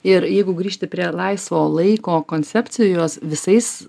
ir jeigu grįžti prie laisvo laiko koncepcijos visais